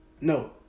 No